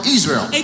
Israel